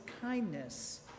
kindness